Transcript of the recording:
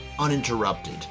uninterrupted